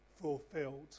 fulfilled